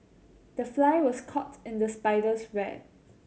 the fly was caught in the spider's web